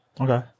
okay